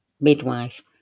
midwife